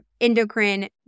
endocrine